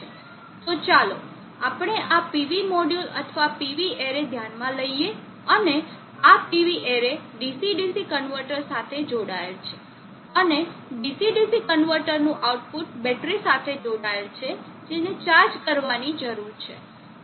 તો ચાલો આપણે આ PV મોડ્યુલ અથવા PV એરે ધ્યાનમાં લઈએ અને આ PV array DC DC converter સાથે જોડાયેલ છે અને DC DC કન્વર્ટરનું આઉટપુટ બેટરી સાથે જોડાયેલ છે જેને ચાર્જ કરવાની જરૂર છે